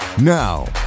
Now